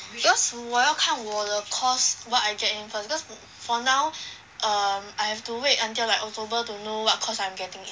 cause 我要看我的 course what I can intern cause for now err I have to wait until like october to know what course I'm getting in